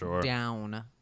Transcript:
down